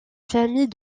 famille